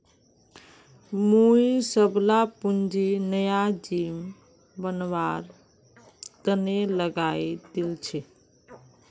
मुई सबला पूंजी नया जिम बनवार तने लगइ दील छि